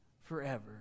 forever